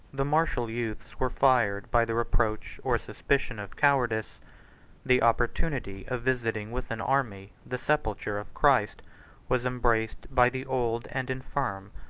the martial youths were fired by the reproach or suspicion of cowardice the opportunity of visiting with an army the sepulchre of christ was embraced by the old and infirm,